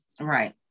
Right